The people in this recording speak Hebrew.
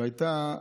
והייתה,